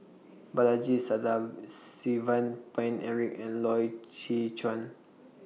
Balaji Sadasivan Paine Eric and Loy Chye Chuan